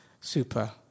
super